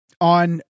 on